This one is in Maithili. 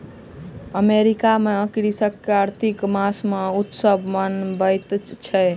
अमेरिका में कृषक कार्तिक मास मे उत्सव मनबैत अछि